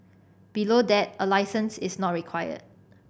below that a licence is not required